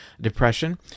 depression